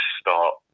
start